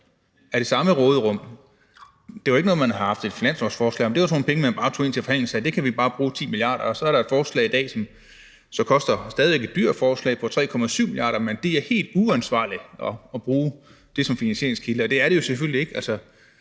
af det samme råderum. Det var ikke noget, man havde haft et finanslovsforslag om. Det var sådan nogle penge, man bare tog ind til forhandlingerne, hvor man sagde, at der kan vi bare bruge 10 mia. kr. Og så er der et forslag i dag, stadig væk et dyrt forslag, som så koster 3,7 mia. kr., men det er helt uansvarligt at bruge råderummet som finansieringskilde. Det er det jo selvfølgelig ikke.